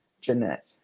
Jeanette